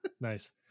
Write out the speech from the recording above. Nice